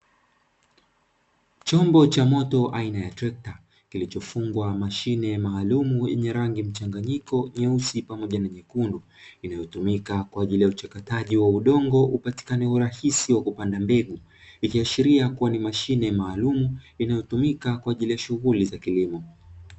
Chombo cha moto aina ya trekta kilichofungwa mashine maalumu yenye rangi mchanganyiko nyeusi pamoja na nyekundu, inayotumika kwa ajili ya uchakataji wa udongo upatikane urahisi wa kupanda mbegu, ikiashiria kuwa ni mashine maalumu inayotumika kwaajili ya shughuli za kilimo.